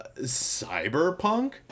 Cyberpunk